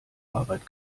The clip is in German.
arbeit